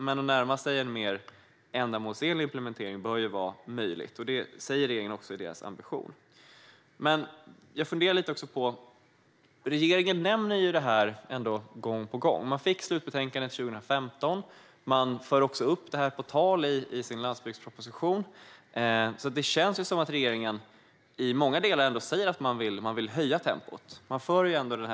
Men att närma sig en mer ändamålsenlig implementering bör ju vara möjligt, och det säger regeringen också är deras ambition. Regeringen nämner den här förändringen gång på gång. Man fick slutbetänkandet 2015, och man för förändringen på tal i sin landsbygdsproposition, så det känns som att regeringen i många delar vill höja tempot.